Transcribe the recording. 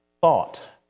thought